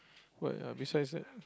what uh besides that